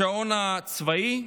השעון הצבאי,